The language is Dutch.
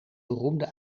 beroemde